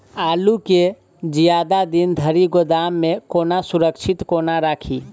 आलु केँ जियादा दिन धरि गोदाम मे कोना सुरक्षित कोना राखि?